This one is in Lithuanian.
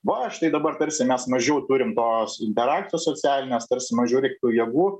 va štai dabar tarsi mes mažiau turim tos interakcijos socialinės tarsi mažiau reiktų jėgų